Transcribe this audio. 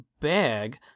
bag